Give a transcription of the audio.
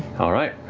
all right.